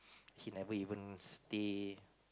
he never even stay